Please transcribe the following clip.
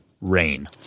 rain